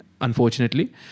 unfortunately